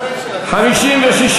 סעיף 46 נתקבל.